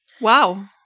Wow